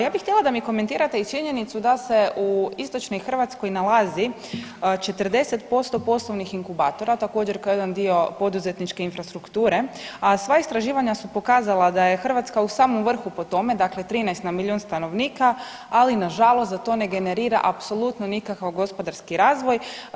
Ja bih htjela da mi komentirate i činjenicu da se u istočnoj Hrvatskoj nalazi 40% poslovnih inkubatora također kao jedan dio poduzetničke infrastrukture, a sva istraživanja su pokazala da je Hrvatska u samom vrhu po tome dakle 13 na milion stanovnika, ali nažalost da to ne generira apsolutno nikakav gospodarski razvoj.